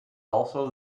also